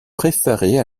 préférée